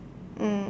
um